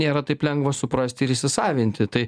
nėra taip lengva suprasti ir įsisavinti tai